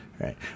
right